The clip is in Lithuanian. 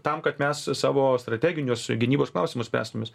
tam kad mes savo strateginius gynybos klausimus spręstumes